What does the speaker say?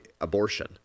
abortion